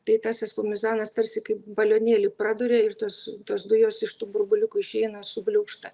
tai tas espumizanas tarsi kaip balionėlį praduria ir tos tos dujos iš tų burbuliukų išeina subliūkšta